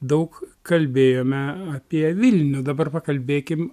daug kalbėjome apie vilnių dabar pakalbėkim